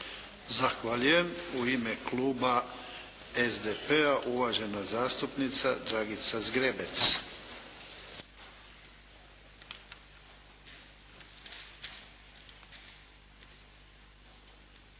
Zahvaljujem. U ime kluba SDP-a uvažena zastupnica Dragica Zgrebec.